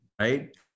right